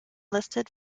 listed